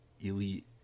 elite